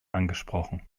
angesprochen